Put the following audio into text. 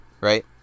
Right